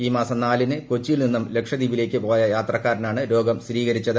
ഈ മാസം നാലിന് കൊച്ചിയിൽ നിന്നും ലക്ഷദ്വീപിലേക്ക് പോയ യാത്രക്കാരനാണ് രോഗം സ്ഥിരീകരിച്ചത്